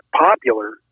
popular